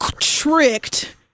tricked